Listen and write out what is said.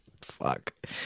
fuck